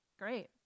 Great